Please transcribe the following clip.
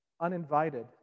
uninvited